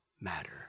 matter